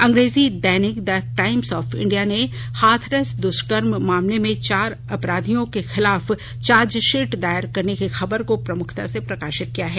अंग्रेजी दैनिक the times of India ने हाथरथ दुष्कर्म मामले में चार आरोपियों के खिलाफ चार्जसीट दायर करने की खबर को प्रमुखता से प्रकाशित किया है